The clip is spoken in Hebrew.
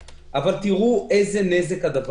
אבל ממש דקה,